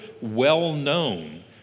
well-known